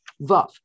Vav